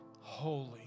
holy